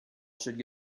should